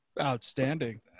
outstanding